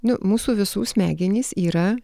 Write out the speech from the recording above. nu mūsų visų smegenys yra